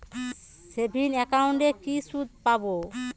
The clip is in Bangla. সেভিংস একাউন্টে কি সুদ পাব?